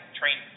train